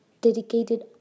dedicated